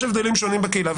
יש הבדלים שונים בקהילה,